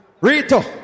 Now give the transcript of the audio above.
Rito